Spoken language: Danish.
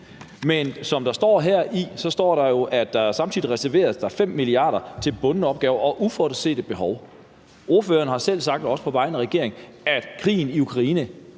Men det, der står her, er, at der samtidig reserveres 5 mia. kr. til bundne opgaver og uforudsete behov. Ordføreren har selv sagt, også på vegne af regeringen, at krigen i Ukraine